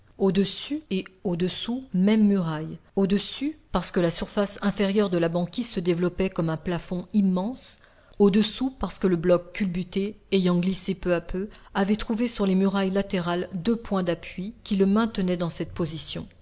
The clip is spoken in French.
au-dessus et au-dessous même muraille au-dessus parce que la surface inférieure de la banquise se développait comme un plafond immense au-dessous parce que le bloc culbuté ayant glissé peu à peu avait trouvé sur les murailles latérales deux points d'appui qui le maintenaient dans cette position